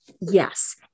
Yes